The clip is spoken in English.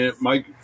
Mike